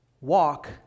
walk